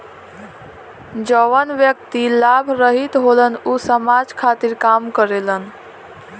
जवन व्यक्ति लाभ रहित होलन ऊ समाज खातिर काम करेलन